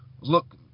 look